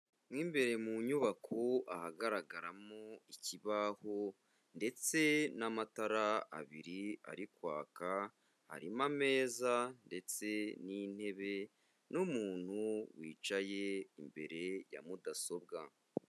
Mu imbere mu nyubako ahagaragaramo ikibaho ndetse n'amatara abiri ari kwaka, harimo ameza ndetse n'intebe n'umuntu wicaye imbere ya mudasobwa.